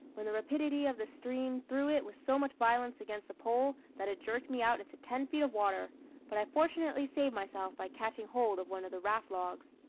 when the rapidity of the stream threw it with so much violence against the pole, that it jerked me out into ten feet of water but i fortunately saved myself by catching hold of one of the raft-logs.